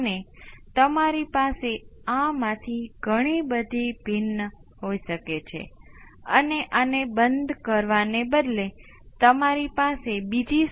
તેથી કોંસ્ટંટ પણ અહી એક્સપોનેનશીયલ s ની જેમ આવૃતિમાં છે પણ આવૃતિ 0 થાય છે જે C R ઓમેગા t છે જ્યાં ઓમેગા સાઇનુંસોઇડની આવૃતિ છે